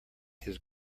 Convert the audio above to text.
his